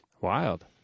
wild